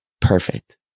perfect